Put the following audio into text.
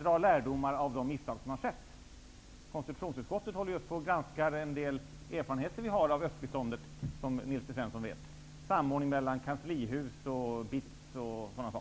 drar lärdomar av de misstag som har skett. Konstitutionsutskottet håller just på att granska en del erfarenheter som vi har av östbiståndet, som Nils T Svensson vet. Det gäller samordning mellan Kanslihuset och BITS osv.